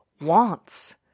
wants